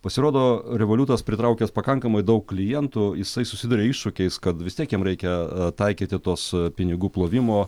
pasirodo revoliutas pritraukęs pakankamai daug klientų jisai susiduria iššūkiais kad vis tiek jiem reikia a taikyti tuos pinigų plovimo